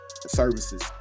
services